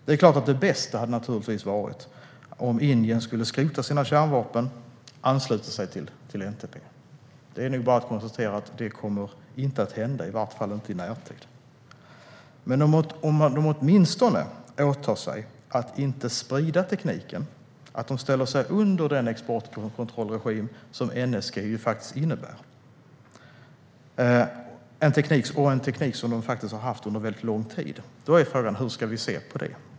Det är klart att det bästa hade varit om Indien skrotade sina kärnvapen och anslöt sig till NPT, men det är nog bara att konstatera att det inte kommer att hända - i alla fall inte i närtid. Men om Indien åtminstone åtar sig att inte sprida den teknik man har haft under väldigt lång tid, det vill säga ställer sig under den exportkontrollregim NSG faktiskt innebär, är frågan hur vi ska se på det.